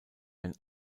ein